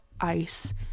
ice